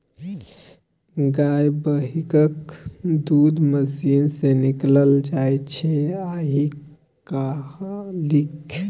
गाए महिषक दूध मशीन सँ निकालल जाइ छै आइ काल्हि